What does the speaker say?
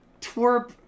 twerp